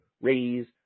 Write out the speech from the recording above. raise